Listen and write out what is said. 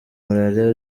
malaria